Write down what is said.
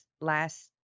last